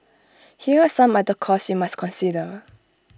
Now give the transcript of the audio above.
here are some other costs you must consider